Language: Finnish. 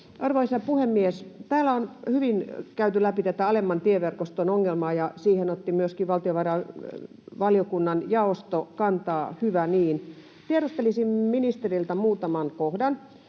Arvoisa puhemies! Täällä on hyvin käyty läpi tätä alemman tieverkoston ongelmaa, ja siihen otti myöskin valtiovarainvaliokunnan jaosto kantaa — hyvä niin. Tiedustelisin ministeriltä muutamasta kohdasta: